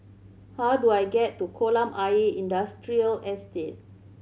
how do I get to Kolam Ayer Industrial Estate